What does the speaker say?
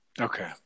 Okay